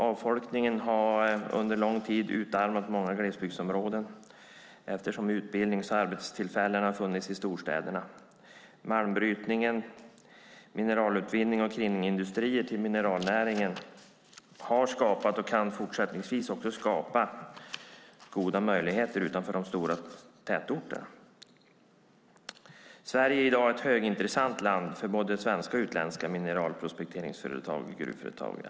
Avfolkningen har under lång tid utarmat många glesbygdsområden eftersom utbildnings och arbetstillfällen har funnits i storstäderna. Malmbrytningen, mineralutbildning och kringindustrier till mineralnäringen har skapat och kan fortsättningsvis också skapa goda möjligheter utanför de stora tätorterna. Sverige är i dag ett högintressant land för både svenska och utländska mineralprospekteringsföretag och gruvföretag.